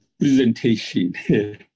presentation